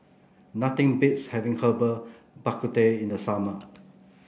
nothing beats having Herbal Bak Ku Teh in the summer